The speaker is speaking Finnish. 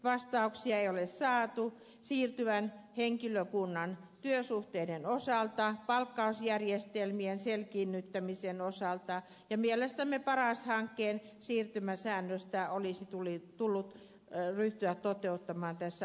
vastauksia ei ole saatu siirtyvän henkilökunnan työsuhteiden osalta palkkausjärjestelmien selkiinnyttämisen osalta ja mielestämme paras hankkeen siirtymäsäännöstä olisi tullut ryhtyä toteuttamaan tässä aluehallintouudistuksessa